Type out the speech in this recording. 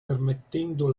permettendo